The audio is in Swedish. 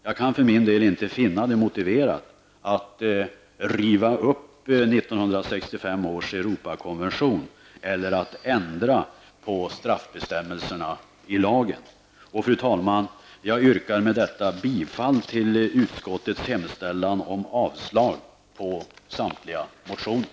Jag kan för min del inte finna det motiverat att riva upp 1965 års Europarådskonvention eller att ändra på straffbestämmelserna i lagen. Fru talman! Jag yrkar med detta bifall till utskottets hemställan om avslag på samtliga motioner.